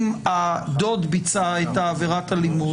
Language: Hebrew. אם הדוד ביצע את עבירת האלימות,